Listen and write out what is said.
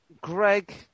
Greg